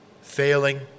failing